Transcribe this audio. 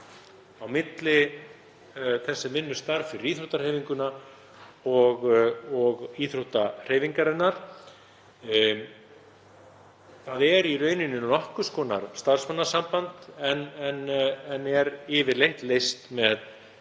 á milli þess sem vinnur starf fyrir íþróttahreyfinguna og íþróttahreyfingarinnar. Það er í rauninni nokkurs konar starfsmannasamband en er yfirleitt leyst með